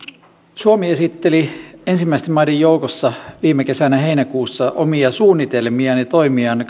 suomi esitteli ensimmäisten maiden joukossa viime kesänä heinäkuussa omia suunnitelmiaan ja toimiaan